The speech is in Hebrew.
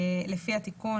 לפי התיקון,